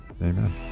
Amen